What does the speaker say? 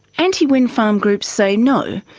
anti-windfarm groups say no,